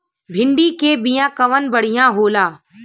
भिंडी के बिया कवन बढ़ियां होला?